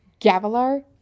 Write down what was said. Gavilar